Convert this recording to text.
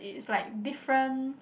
it's like different